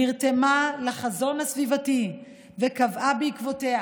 נרתמה לחזון הסביבתי שלנו וקבעה בעקבותינו